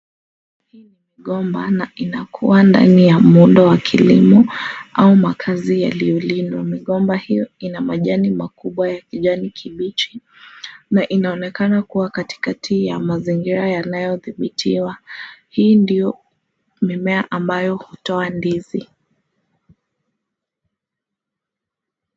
Hii ni migomba na inakuwa ndani ya muundo wa kilimo au makazi yaliyolimwa. Migomba hiyo ina majani makubwa ya kijani kibichi na inaonekana kuwa kati kati ya mazingira yanayodhibitiwa. Hii ndio mimea ambayo hutoa ndizi.